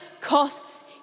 costs